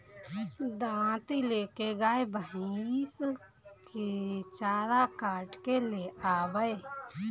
दराँती ले के गाय भईस के चारा काट के ले आवअ